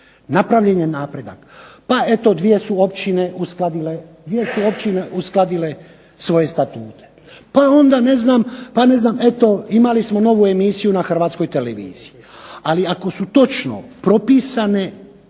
Napravljen je napredak, pa eto dvije su općine uskladile svoje statute pa eto imali smo novu emisiju na Hrvatskoj televiziji. Ali ako su točno propisane